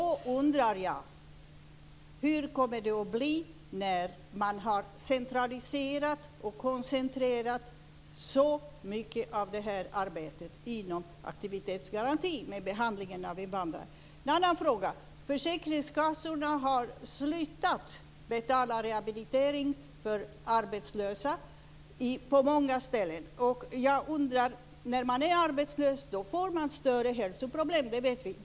Hur kommer det att bli när man har centraliserat och koncentrerat så mycket av detta arbete inom aktivitetsgarantin? Försäkringskassorna har på många ställen slutat att betala för rehabilitering av arbetslösa. Vi vet att när man är arbetslös får man större problem med hälsan.